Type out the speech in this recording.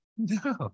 no